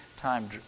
Time